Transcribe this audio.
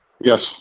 Yes